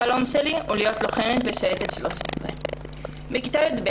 החלום שלי הוא להיות לוחמת בשייטת 13. בכיתה י"ב